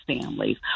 families